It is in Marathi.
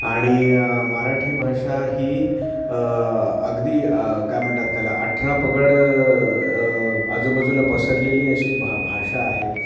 आणि मराठी भाषा ही अगदी काय म्हणतात त्याला अठरापगड आजूबाजूला पसरलेली अशी भा भाषा आहे